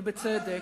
ובצדק.